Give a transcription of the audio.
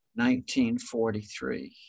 1943